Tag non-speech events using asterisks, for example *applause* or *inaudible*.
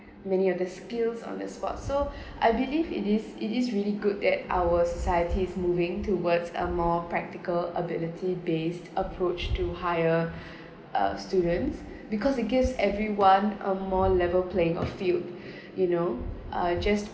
many of the skills on the sports so *breath* I believe it is it is really good that our society is moving towards a more practical ability based approach to hire *breath* uh students because it gives everyone a more level playing of field *breath* you know uh just